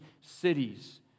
cities